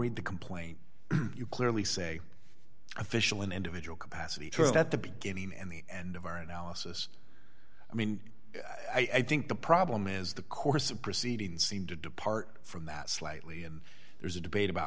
read the complaint you clearly say official in individual capacity terms at the beginning and the end of our analysis i mean i think the problem is the course of proceeding seemed to depart from that slightly and there's a debate about